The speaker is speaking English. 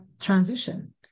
transition